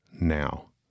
now